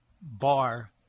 bar